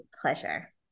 pleasure